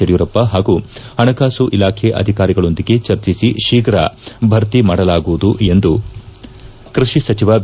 ಯಡಿಯೂರಪ್ಪ ಪಾಗೂ ಪಣಕಾಸು ಇಲಾಖೆ ಅಧಿಕಾರಿಗಳೊಂದಿಗೆ ಚರ್ಚಿಸಿ ಶೀರ್ಘ ಭರ್ತಿ ಮಾಡಲಾಗುವುದು ಎಂದು ಕೃಷಿ ಸಚಿವ ಬಿ